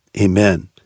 Amen